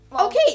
okay